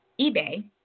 eBay